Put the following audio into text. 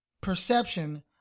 perception